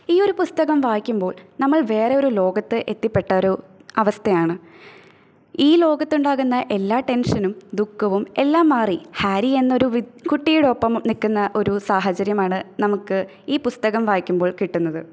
ഈ ഒരു പുസ്തകം വായിക്കുമ്പോള് നമ്മള് വേറെയൊരു ലോകത്ത് എത്തിപ്പെട്ട ഒരു അവസ്ഥയാണ് ഈ ലോകത്തുണ്ടാകുന്ന എല്ലാ ടെന്ഷനും ദുഃഖവും എല്ലാം മാറി ഹാരി എന്നൊരു വി കുട്ടിയുടെ ഒപ്പം നിൽക്കുന്ന ഒരു സാഹചര്യമാണ് നമുക്ക് ഈ പുസ്തകം വായിക്കുമ്പോള് കിട്ടുന്നത്